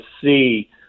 see –